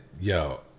yo